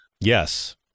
Yes